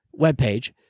webpage